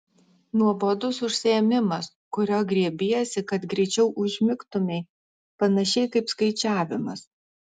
nuobodus užsiėmimas kurio griebiesi kad greičiau užmigtumei panašiai kaip skaičiavimas